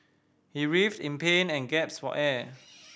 he writhed in pain and gaps for air